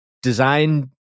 design